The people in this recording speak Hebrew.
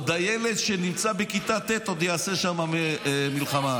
ילד שנמצא בכיתה ט' עוד יעשה שם מלחמה.